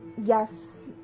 yes